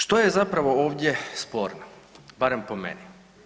Što je zapravo ovdje sporno barem po meni?